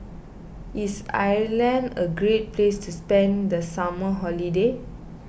is Ireland a great place to spend the summer holiday